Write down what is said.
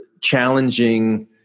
challenging